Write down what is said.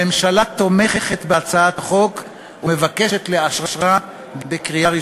הממשלה תומכת בהצעת החוק ומבקשת לאשרה בקריאה ראשונה.